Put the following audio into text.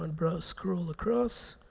and but so scroll across.